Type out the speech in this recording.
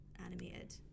animated